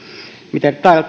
tarvittaisiin tämä